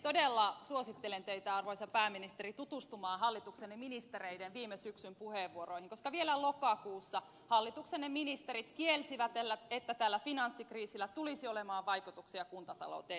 todella suosittelen teille arvoisa pääministeri että tutustutte hallituksenne ministereiden viime syksyn puheenvuoroihin koska vielä lokakuussa hallituksenne ministerit kielsivät että tällä finanssikriisillä tulisi olemaan vaikutuksia kuntatalouteen